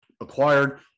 acquired